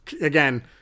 again –